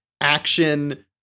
action